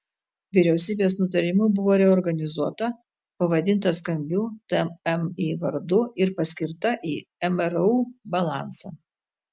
vyriausybės nutarimu buvo reorganizuota pavadinta skambiu tmi vardu ir paskirta į mru balansą